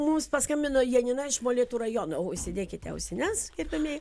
mums paskambino janina iš molėtų rajono užsidėkite ausines ir ramiai gerbiamieji